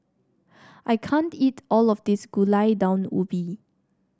I can't eat all of this Gulai Daun Ubi